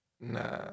Nah